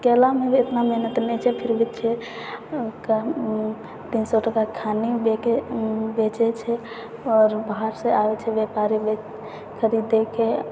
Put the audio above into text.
केलामे भी एतना मेहनत नहि छै फिर भी छै ओकरा ओ तीन सओ टका थाने बेचै छै आओर बाहरसँ आबै छै बेपारी खरीदैके